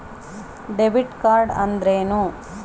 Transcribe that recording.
Debit card ಅಂದ್ರೇನು?